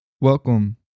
welcome